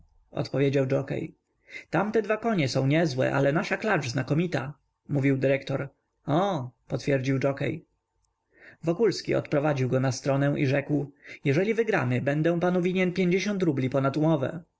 odpowiedział dżokiej tamte dwa konie są niezłe ale nasza klacz znakomita mówił dyrektor och potwierdził dżokiej wokulski odprowadził go na stronę i rzekł jeżeli wygramy będę panu winien pięćdziesiąt rubli ponad umowę